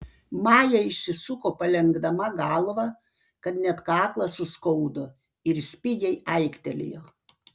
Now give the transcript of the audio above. maja išsisuko palenkdama galvą kad net kaklą suskaudo ir spigiai aiktelėjo